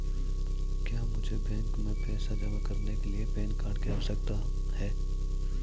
क्या मुझे बैंक में पैसा जमा करने के लिए पैन कार्ड की आवश्यकता है?